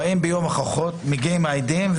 בהוכחות מגיעים העדים,